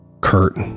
Kurt